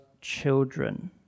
children